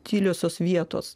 tyliosios vietos